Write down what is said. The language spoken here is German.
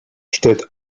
stellt